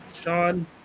Sean